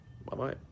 Bye-bye